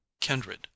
kindred